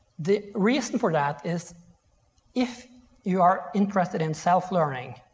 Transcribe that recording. the reason for that is if you are interested in self learning,